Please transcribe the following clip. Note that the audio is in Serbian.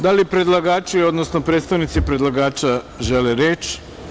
Da li predlagači, odnosno predstavnici predlagača žele reč?